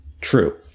True